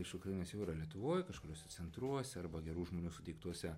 iš ukrainos jau yra lietuvoj kažkuriuose centruose arba gerų žmonių suteiktuose